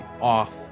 off